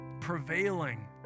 prevailing